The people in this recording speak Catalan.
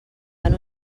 van